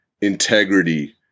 integrity